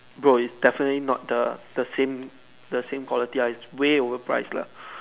bro it's definitely not the the same the same quality ah it's way overpriced lah